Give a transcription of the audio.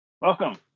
Welcome